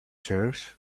chairs